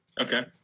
Okay